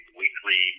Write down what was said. weekly